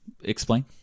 Explain